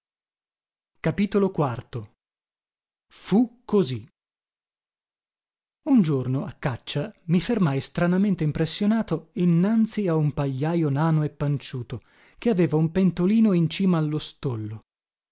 qui a u così un giorno a caccia mi fermai stranamente impressionato innanzi a un pagliajo nano e panciuto che aveva un pentolino in cima allo stollo